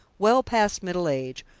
well past middle age,